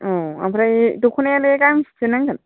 औ ओमफ्राय दखनायालाय गांबेसे नांगोन